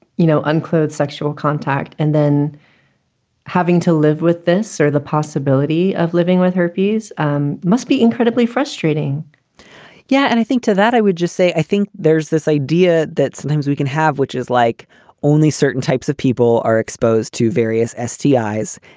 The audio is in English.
you know, unclothed sexual contact and then having to live with this or the possibility of living with herpes um must be incredibly frustrating yeah. and i think to that i would just say i think there's this idea that sometimes we can have, which is like only certain types of people are exposed to various esti eyes.